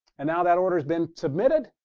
and now that order has been submitted,